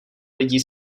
lidí